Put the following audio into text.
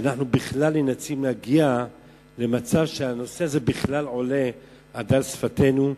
שאנחנו בכלל נאלצים להגיע למצב שהנושא הזה עולה על דל שפתינו.